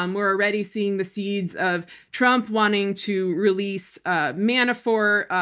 um we're already seeing the seeds of trump wanting to release manafort,